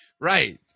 Right